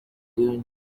dunes